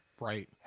Right